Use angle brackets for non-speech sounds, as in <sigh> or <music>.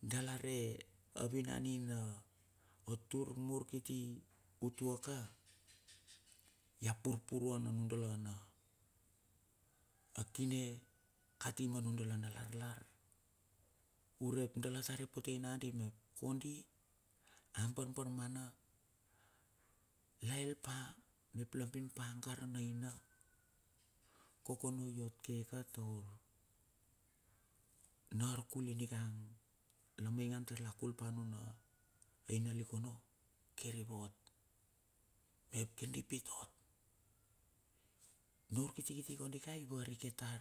Dala re a vinan ina o tur mur kiti <noise> utuaka ya purpuruan a nudala na, a kine kati ma nudala na lar lar urep dala ta repotei nagandi mep kondi a bar bar mana la elpa mep la bin pa gara na ina kokono yot ke ka taur na arkul inigang, na meigang taur la kul pa nu na ina lik onno. Kir i vot mep kir di pit ot. Na urkiti kiti kondi kai varike tar,